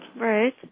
Right